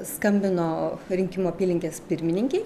skambino rinkimų apylinkės pirmininkei